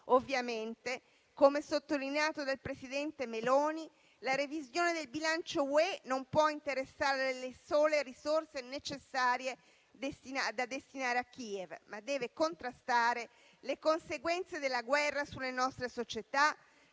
Ovviamente - come sottolineato dal presidente Meloni - la revisione del bilancio UE non può interessare le sole risorse necessarie da destinare a Kiev, ma deve contrastare le conseguenze della guerra sulle nostre società